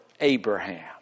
Abraham